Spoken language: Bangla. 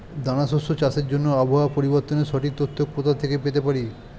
দানা শস্য চাষের জন্য আবহাওয়া পরিবর্তনের সঠিক তথ্য কোথা থেকে পেতে পারি?